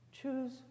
Choose